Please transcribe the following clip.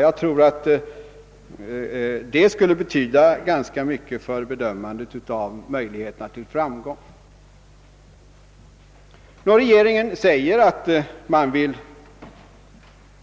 Jag tror att det skulle betyda ganska mycket för bedömandet av möjligheterna till framgång. Regeringen säger att man